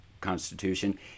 constitution